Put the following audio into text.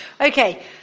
Okay